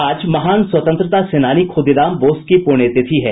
आज महान स्वतंत्रता सेनानी खुदीराम बोस की पुण्यतिथि है